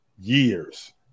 Years